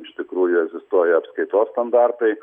iš tikrųjų egzistuoja apskaitos standartai